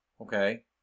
okay